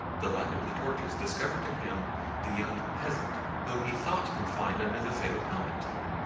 the light of the torches discovered to him the young peasant whom he thought confined under the fatal helmet!